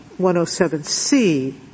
107C